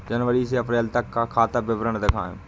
जनवरी से अप्रैल तक का खाता विवरण दिखाए?